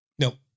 No